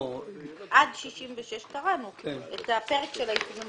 עוברים לסעיף 66, עמוד 39. הסעיף הוקרא?